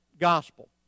gospel